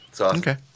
Okay